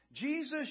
Jesus